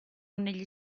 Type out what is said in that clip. negli